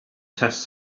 test